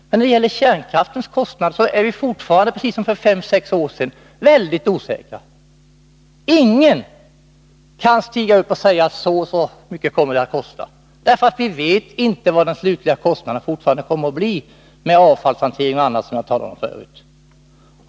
Men när det gäller kärnkraftens kostnader är vi fortfarande, precis som för fem sex år sedan, väldigt osäkra. Ingen kan stiga upp och säga att så och så mycket kommer det att kosta. Vi vet ännu inte vad den slutliga kostnaden kommer att bli, med avfallshantering och annat som jag talade om förut.